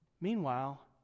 Meanwhile